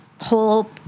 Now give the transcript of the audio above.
whole